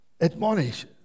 admonish